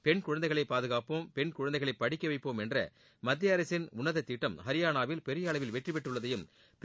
பெண் குழந்தைகளை பாதுகாப்போம் பெண் குழந்தைகளை படிக்க வைப்போம் என்ற மத்திய அரசின் உள்ளத திட்டம் ஹரியானாவில் பெரிய அளவில் வெற்றி பெற்றுள்ளதையும் திரு